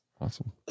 awesome